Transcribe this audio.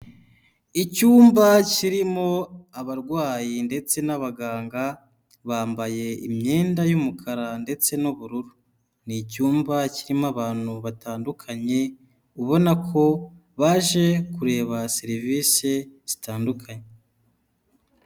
Icyumba kirimo abarwayi ndetse n'abaganga bambaye imyenda y'umukara ndetse n'ubururu ni icyumba kirimo abantu batandukanye ubona ko baje kureba serivisi zitandukanye.